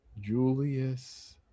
Julius